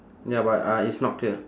ya but uh it's not clear